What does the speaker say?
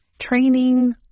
training